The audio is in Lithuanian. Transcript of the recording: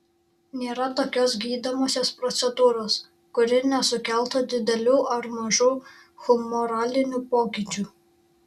nėra tokios gydomosios procedūros kuri nesukeltų didelių ar mažų humoralinių pokyčių